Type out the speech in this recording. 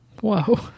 Whoa